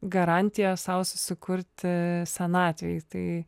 garantiją sau susikurti senatvėj tai